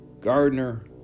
Gardner